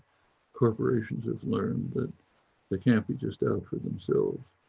corporations have learned that they can't be just out for themselves.